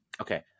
Okay